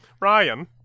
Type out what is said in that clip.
Ryan